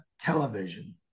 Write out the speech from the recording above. television